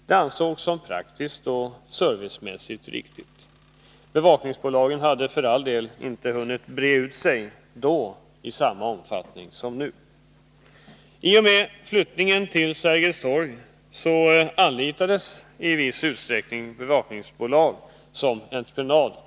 Det ansågs praktiskt och servicemässigt riktigt. Bevakningsbolagen hade för all del inte hunnit breda ut sig i samma omfattning som nu. I samband med flyttningen till Sergels torg anlitade riksdagen i viss utsträckning bevakningsbolag på entreprenad.